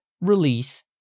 release